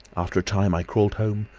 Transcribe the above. after a time i crawled home,